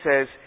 says